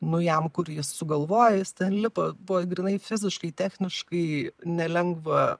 nu jam kur jis sugalvojo jis ten lipo buvo grynai fiziškai techniškai nelengva